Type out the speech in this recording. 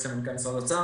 יועץ למנכ"ל משרד האוצר.